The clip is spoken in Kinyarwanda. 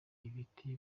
ibiti